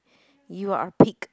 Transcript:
you are a pig